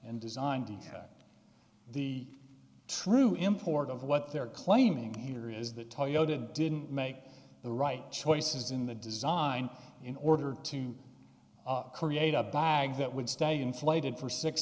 and designed the true import of what they're claiming here is that toyota didn't make the right choices in the design in order to create a bag that would stay inflated for six